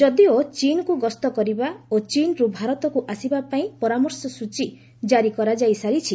ଯଦିଓ ଚୀନକୁ ଗସ୍ତ କରିବା ଓ ଚୀନରୁ ଭାରତକୁ ଆସିବା ପାଇଁ ପରାମର୍ଶ ସୂଚୀ ଜାରି କରାଯାଇ ସାରିଛି